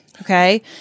Okay